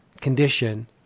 condition